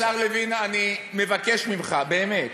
השר לוין, אני מבקש ממך, באמת.